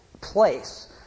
place